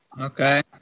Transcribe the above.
Okay